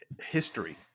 history